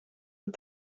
het